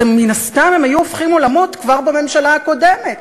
אז מן הסתם הם היו הופכים זאת כבר בממשלה הקודמת,